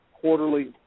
quarterly